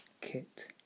kit